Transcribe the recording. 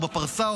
או בפרסה,